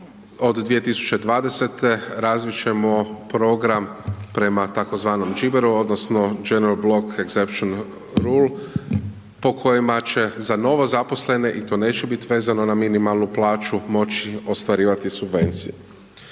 od 2020. razvit ćemo program prema tzv. GBER-u odnosno General block exemption rule po kojima će za novozaposlene i to neće biti vezano na minimalnu plaću, moći ostvarivati subvencije.